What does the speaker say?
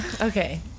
Okay